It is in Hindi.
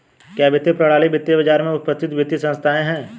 क्या वित्तीय प्रणाली वित्तीय बाजार में उपस्थित वित्तीय संस्थाएं है?